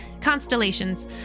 constellations